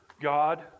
God